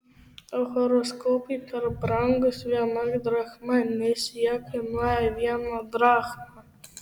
horoskopai per brangūs viena drachma nes jie kainuoja vieną drachmą